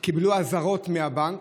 קיבלו אזהרות מהבנק.